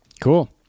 cool